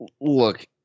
Look